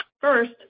First